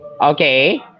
okay